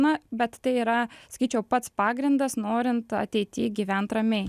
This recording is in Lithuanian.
na bet tai yra sakyčiau pats pagrindas norint ateity gyvent ramiai